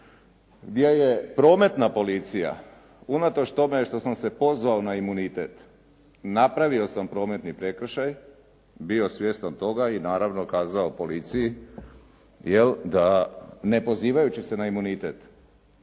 gdje je Prometna policija unatoč tome što sam se pozvao na imunitet, napravio sam prometni prekršaj, bio svjestan toga i naravno kazao policiji, jel' da ne pozivajući se na imunitet,